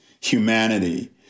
humanity